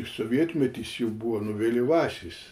sovietmetis jau buvo nu vėlyvasis